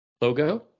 logo